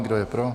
Kdo je pro?